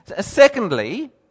Secondly